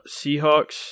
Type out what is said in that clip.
Seahawks